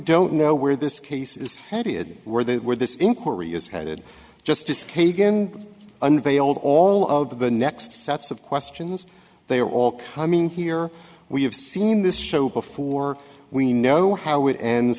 don't know where this case is headed where the where this inquiry is headed just disc a given unveiled all of the next sets of questions they are all coming here we have seen this show before we know how it ends